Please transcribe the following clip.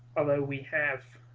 we have